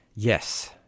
Yes